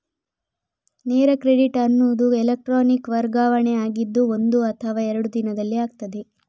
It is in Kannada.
ನೇರ ಕ್ರೆಡಿಟ್ ಅನ್ನುದು ಎಲೆಕ್ಟ್ರಾನಿಕ್ ವರ್ಗಾವಣೆ ಆಗಿದ್ದು ಒಂದು ಅಥವಾ ಎರಡು ದಿನದಲ್ಲಿ ಆಗ್ತದೆ